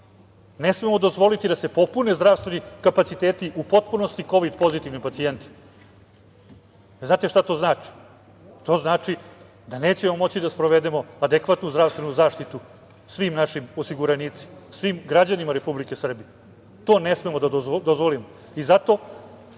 Ne smemo dozvoliti da se popune zdravstveni kapaciteti u potpunosti kovid pozitivni pacijenti. Znate šta to znači? To znači da nećemo moći da sprovedemo adekvatnu zdravstvenu zaštitu svim našim osiguranicima, svim građanima Republike Srbije. To ne smemo da dozvolimo.